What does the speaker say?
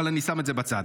אבל אני שם את זה בצד.